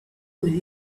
with